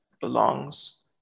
belongs